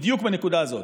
בדיוק בנקודה הזאת.